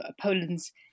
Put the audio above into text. Poland's